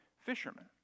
fishermen